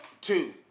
Two